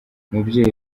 umubyeyi